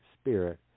spirit